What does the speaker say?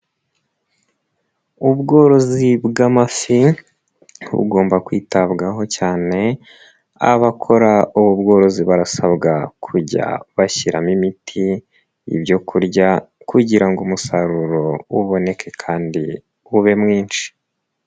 Ubworozi bw'amafi bugomba kwitabwaho cyane, abakora ubu bworozi barasabwa kujya bashyiramo imiti, ibyo kurya kugira ngo umusaruro uboneke kandi ube mwinshi.